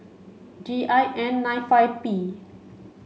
G I N nine five P